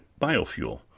biofuel